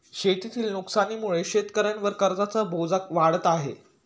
शेतीतील नुकसानीमुळे शेतकऱ्यांवर कर्जाचा बोजा वाढत आहे